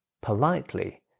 politely